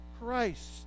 Christ